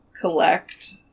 collect